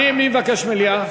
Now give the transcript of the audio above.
מי מבקש מליאה?